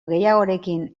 gehiagorekin